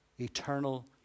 eternal